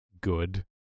good